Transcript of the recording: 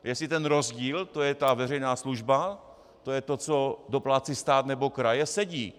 Jestli ten rozdíl, to je ta veřejná služba, to je to, co doplácí stát nebo kraje, sedí.